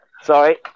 Sorry